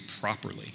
properly